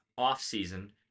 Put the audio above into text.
off-season